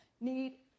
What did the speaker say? need